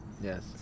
Yes